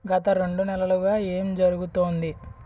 గత రెండు నెలలుగా ఏం జరుగుతోంది